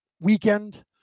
weekend